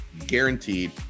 guaranteed